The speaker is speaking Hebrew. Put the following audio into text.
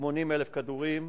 80,000 כדורים,